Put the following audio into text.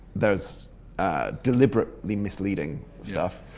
there's deliberately misleading stuff,